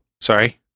Sorry